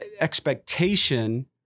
expectation